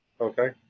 Okay